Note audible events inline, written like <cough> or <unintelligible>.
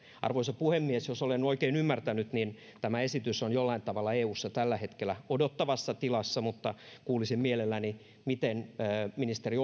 arvoisa puhemies jos olen oikein ymmärtänyt niin tämä esitys on jollain tavalla eussa tällä hetkellä odottavassa tilassa mutta kuulisin mielelläni mikä ministeri <unintelligible>